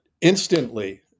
Instantly